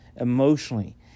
emotionally